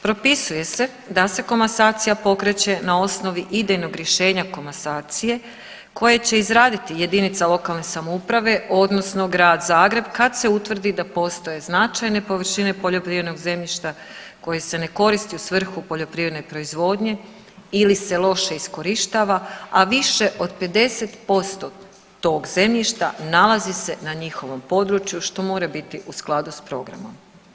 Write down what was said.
Propisuje se da se komasacija pokreće na osnovi idejnog rješenja komasacije koje će izraditi jedinica lokalne samouprave, odnosno grad Zagreb kad se utvrdi da postoje značajne površine poljoprivrednog zemljišta koje se ne koristi u svrhu poljoprivredne proizvodnje ili se loše iskorištava, a više od 50% tog zemljišta nalazi se na njihovom području što mora biti u skladu sa programom.